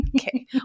Okay